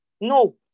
no